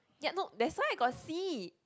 ya no that's why I got see